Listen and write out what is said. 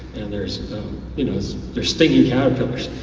there's you know there's stinging caterpillars,